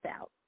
out